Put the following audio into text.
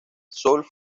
soul